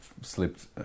slipped